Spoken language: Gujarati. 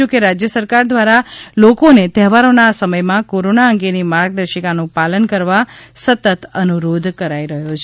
જોકે રાજ્ય સરકાર દ્વારા લોકોને તહેવારોના આ સમયમાં કોરોના અંગેની માર્ગદર્શિકાનું પાલન કરવા સતત અનુરોધ કરાઈ રહ્યો છે